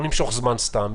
לא נמשוך את הזמן סתם,